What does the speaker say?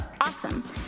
awesome